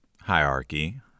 hierarchy